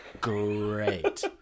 Great